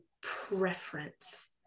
preference